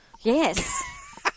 Yes